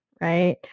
right